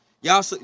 Y'all